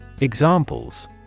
Examples